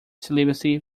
celibacy